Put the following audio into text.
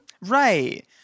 Right